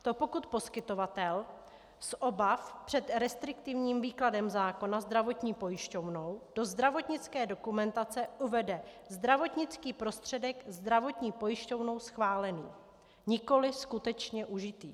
To pokud poskytovatel z obav před restriktivním výkladem zákona zdravotní pojišťovnou do zdravotnické dokumentace uvede zdravotnický prostředek zdravotní pojišťovnou schválený, nikoliv skutečně užitý.